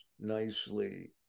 nicely